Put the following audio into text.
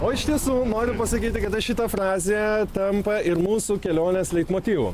o iš tiesų noriu pasakyti kada šita frazė tampa ir mūsų kelionės leitmotyvu